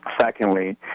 Secondly